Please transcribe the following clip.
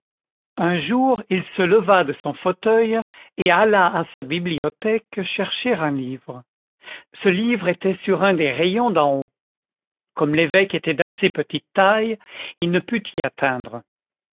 un jour il se leva de son fauteuil et alla à sa bibliothèque chercher un livre ce livre était sur un des rayons d'en haut comme l'évêque était d'assez petite taille il ne put y atteindre